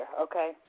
Okay